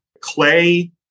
clay